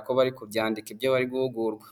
akaba ari we uri kuvuga.